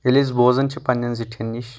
ییٚلہِ أسۍ بوزان چھِ پننٮ۪ن زِٹھٮ۪ن نِش